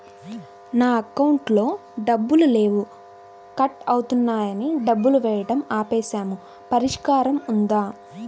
నా అకౌంట్లో డబ్బులు లేవు కట్ అవుతున్నాయని డబ్బులు వేయటం ఆపేసాము పరిష్కారం ఉందా?